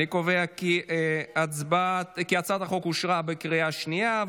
אני קובע כי הצעת החוק אושרה בקריאה שנייה.